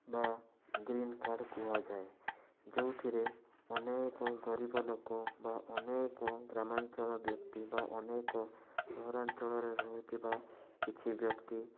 ବା green card କୁହାଯାଏ ଯେଉଁଥିରେ ଅନେକ ଗରିବ ଲୋକ ବା ଅନେକ ଗ୍ରାମାଞ୍ଚଳ ବ୍ୟକ୍ତି ବା ଅନେକ ସହରାଞ୍ଚଳରେ ରହୁଥିବା କିଛି ବ୍ୟକ୍ତି